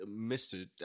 Mr